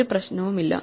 ഒരു പ്രശ്നവുമില്ല